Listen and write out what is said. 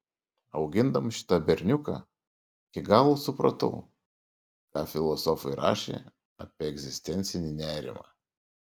augindamas šitą berniuką iki galo supratau ką filosofai rašė apie egzistencinį nerimą